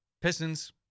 Pistons